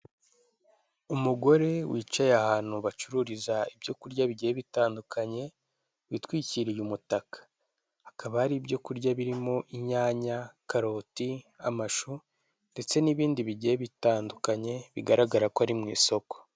Iki ngiki akaba ari icyapa kerekana ko aga ngaha ari mu karere ka Bugesera, Akarere ka Bugesera gaherereye mu ntara y'iburasira zuba mu gihugu cy'urwanda, ni ahantu heza harambuye gusa haba ubushyuhe.